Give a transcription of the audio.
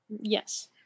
Yes